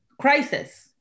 crisis